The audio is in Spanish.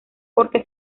porque